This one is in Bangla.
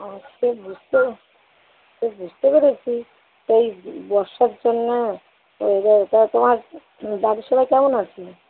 হ্যাঁ সে বুসতে সে বুঝতে পেরেছি তো এই বর্ষার জন্য এইবার তা তোমার বাড়ির সবাই কেমন আছে